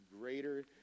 greater